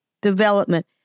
development